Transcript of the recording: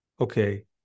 okay